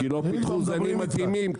כי לא פיתחו זנים מתאימים.